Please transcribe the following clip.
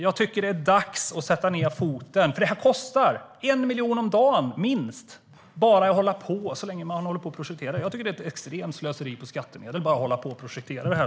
Jag tycker att det är dags att sätta ned foten, för det här kostar minst 1 miljon om dagen så länge man håller på och projekterar. Jag tycker att det är ett extremt slöseri med skattemedel att hålla på och projektera det här.